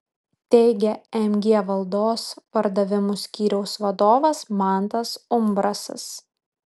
teigia mg valdos pardavimų skyriaus vadovas mantas umbrasas